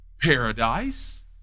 Paradise